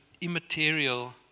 immaterial